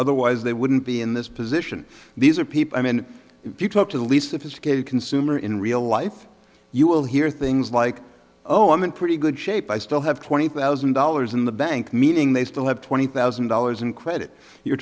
otherwise they wouldn't be in this position these are people i mean if you talk to the least sophisticated consumer in real life you will hear things like oh i'm in pretty good shape i still have twenty thousand dollars in the bank meaning they still have twenty thousand dollars in credit you're